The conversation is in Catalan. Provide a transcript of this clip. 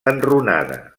enrunada